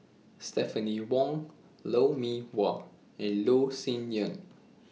Stephanie Wong Lou Mee Wah and Loh Sin Yun